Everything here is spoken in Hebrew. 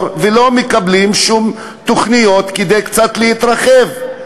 ולא מקבלים שום תוכניות כדי קצת להתרחב,